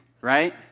right